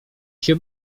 się